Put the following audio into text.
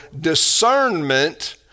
discernment